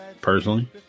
personally